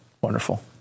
wonderful